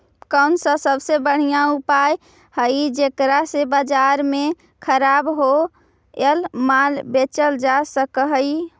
कौन सा सबसे बढ़िया उपाय हई जेकरा से बाजार में खराब होअल माल बेचल जा सक हई?